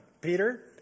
Peter